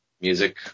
music